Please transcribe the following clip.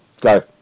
go